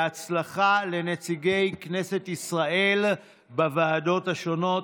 בהצלחה לנציגי כנסת ישראל בוועדות השונות,